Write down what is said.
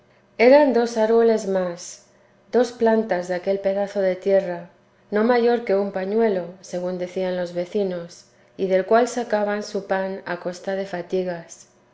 dos plantas de aquel pedazo de tierra no mayor que un pañuelo según decían los vecinos y del cual sacaban su pan a costa de fatigas